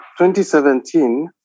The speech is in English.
2017